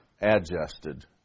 adjusted